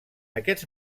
aquests